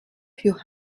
für